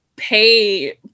pay